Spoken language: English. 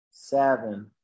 Seven